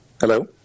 Hello